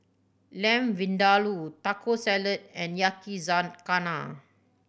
Lamb Vindaloo Taco Salad and Yakizakana